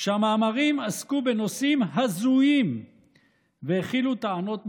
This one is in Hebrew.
שהמאמרים עסקו בנושאים הזויים והכילו טענות מגוחכות,